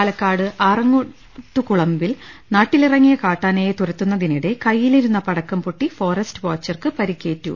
പാലക്കാട് ആറങ്ങോട്ടുകുളമ്പിൽ നാട്ടിലിറങ്ങിയ കാട്ടാനയെ തുരത്തുന്നതിനിടെ കയ്യിലിരുന്നു പടക്കം പൊട്ടി ഫോറസ്റ്റ് വാ ചർക്കു പരിക്കേറ്റു